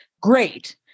great